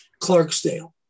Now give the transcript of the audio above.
Clarksdale